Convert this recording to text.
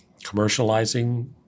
commercializing